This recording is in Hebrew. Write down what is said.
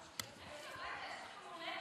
יש לך יום הולדת, לכי לחגוג.